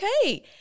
Okay